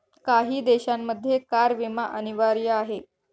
काही देशांमध्ये कार विमा अनिवार्य आहे